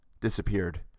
disappeared